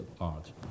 art